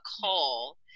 call